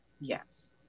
yes